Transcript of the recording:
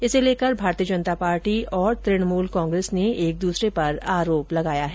इसे लेकर भारतीय जनता पार्टी और तृणमूल कांग्रेस ने एक दूसरे पर आरोप लगाया है